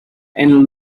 and